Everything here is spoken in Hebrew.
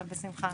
בשמחה,